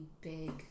big